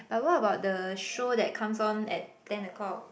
but what about the show that comes on at ten o-clock